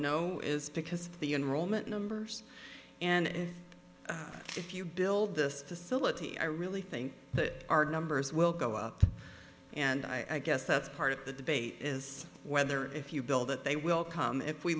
no is because the in roman numbers and if you build this facility i really think that our numbers will go up and i guess that's part of the debate is whether if you build it they will come if we